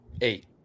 Eight